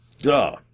Duh